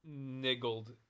niggled